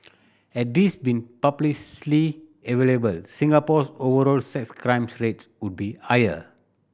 had these been publicly available Singapore's overall sex crime rate would be higher